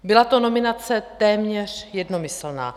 Byla to nominace téměř jednomyslná.